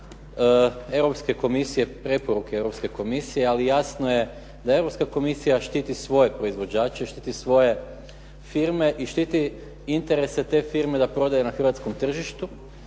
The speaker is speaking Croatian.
rekao preporuke Europske komisije ali jasno je da Europska komisija štiti svoje proizvođače, štiti svoje firme i štiti interese te firme da prodaje na hrvatskom tržištu.